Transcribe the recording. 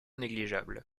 négligeable